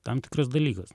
tam tikras dalykas